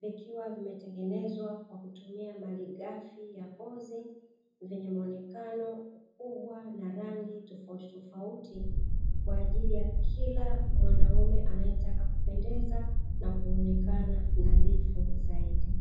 vikiwa vimetengenezwa kwa kutumia malighafi ya ngozi, vyenye mwonekano mkubwa na rangi tofautitofauti, kwa ajili ya kila mwanaume anayetaka kupendeza na kuonekana nadhifu zaidi.